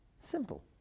Simple